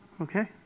Okay